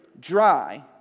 dry